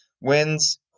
wins